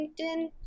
LinkedIn